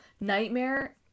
Nightmare